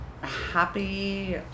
happy